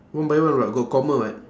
one by one [what] got comma [what]